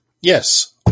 Yes